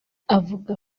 avuga